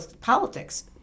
politics